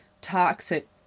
toxic